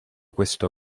questo